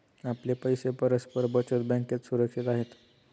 आपले पैसे परस्पर बचत बँकेत सुरक्षित आहेत